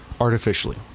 artificially